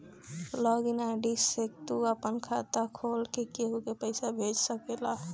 log in ID से तू आपन खाता खोल के केहू के पईसा भेज सकेला